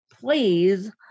please